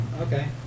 Okay